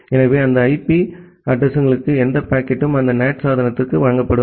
எனவே அந்த IP addressing களுக்கு எந்த பாக்கெட்டும் அந்த NAT சாதனத்திற்கு வழங்கப்படும்